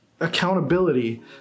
accountability